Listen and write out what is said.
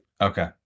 Okay